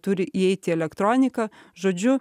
turi įeiti elektronika žodžiu